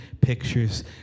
pictures